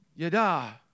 Yada